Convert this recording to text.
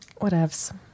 whatevs